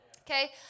Okay